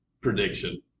prediction